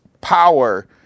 power